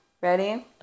Ready